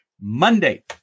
Monday